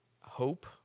hope